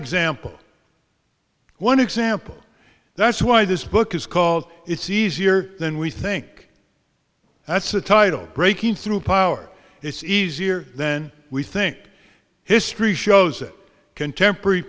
example one example that's why this book is called it's easier than we think that's a title breaking through power it's easier than we think history shows it contemporary